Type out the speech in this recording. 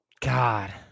God